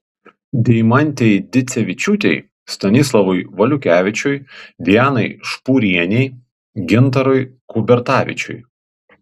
deimantei dicevičiūtei stanislavui valiukevičiui dianai špūrienei gintarui kubertavičiui